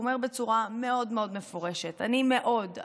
והוא אומר בצורה מאוד מאוד מפורשת: אני מאוד,